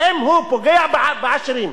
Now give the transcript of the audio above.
האם הוא פוגע בעשירים?